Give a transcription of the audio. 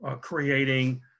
creating